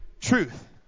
truth